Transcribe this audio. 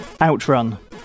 Outrun